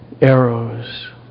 arrows